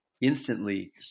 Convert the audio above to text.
instantly